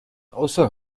also